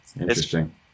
Interesting